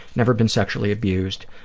never been sexually abused.